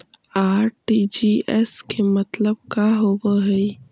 RTGS के मतलब का होव हई?